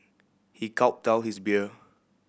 he gulped down his beer